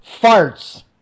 farts